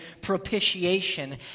propitiation